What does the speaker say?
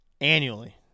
annually